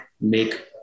make